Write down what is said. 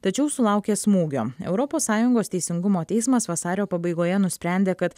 tačiau sulaukė smūgio europos sąjungos teisingumo teismas vasario pabaigoje nusprendė kad